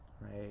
right